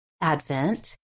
Advent